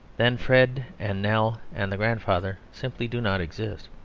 then fred and nell and the grandfather simply do not exist.